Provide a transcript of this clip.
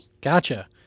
gotcha